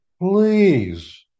Please